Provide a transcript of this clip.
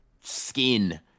skin